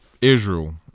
Israel